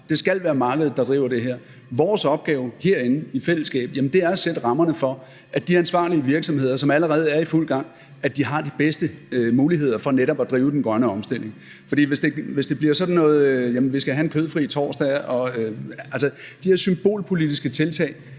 det skal være markedet, der driver det her. Vores opgave herinde er i fællesskab at sætte rammerne for, at de ansvarlige virksomheder, som allerede er i fuld gang, har de bedste muligheder for netop at drive den grønne omstilling. For hvis det bliver sådan noget med, at vi skal have en kødfri torsdag, altså de her symbolpolitiske tiltag,